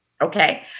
Okay